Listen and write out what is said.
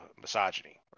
misogyny